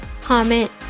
comment